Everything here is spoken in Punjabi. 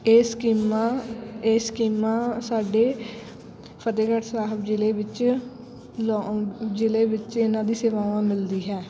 ਇਹ ਸਕੀਮਾਂ ਇਹ ਸਕੀਮਾਂ ਸਾਡੇ ਫਤਿਹਗੜ੍ਹ ਸਾਹਿਬ ਜ਼ਿਲ੍ਹੇ ਵਿੱਚ ਜ਼ਿਲ੍ਹੇ ਵਿੱਚ ਇਹਨਾਂ ਦੀ ਸੇਵਾਵਾਂ ਮਿਲਦੀ ਹੈ